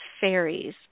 fairies